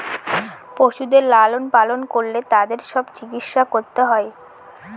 পশুদের লালন পালন করলে তাদের সব চিকিৎসা করতে হয়